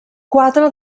quatre